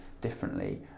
differently